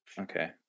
okay